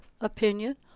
opinion